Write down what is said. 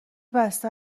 بسته